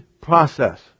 process